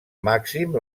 màxim